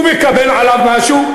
הוא מקבל עליו משהו?